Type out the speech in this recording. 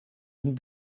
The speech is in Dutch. hun